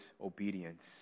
obedience